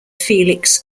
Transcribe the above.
felix